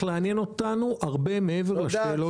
לעניין אותנו הרבה מעבר להשפעות --- תודה.